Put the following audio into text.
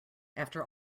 after